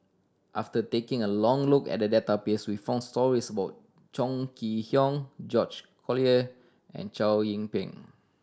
after taking a long look at the database we found stories about Chong Kee Hiong George Collyer and Chow Yian Ping